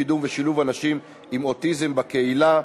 קידום ושילוב אנשים עם אוטיזם בקהילה,